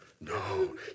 No